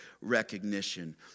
recognition